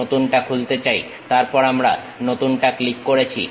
নতুনটা খুলতে চাই তারপর আমরা নতুনটা ক্লিক করেছি